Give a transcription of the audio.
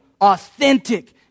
Authentic